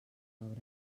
obres